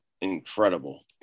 incredible